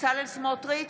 בצלאל סמוטריץ'